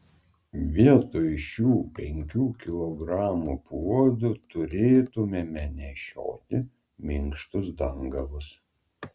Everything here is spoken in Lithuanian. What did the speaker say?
vietoj šių penkių kilogramų puodų turėtumėme nešioti minkštus dangalus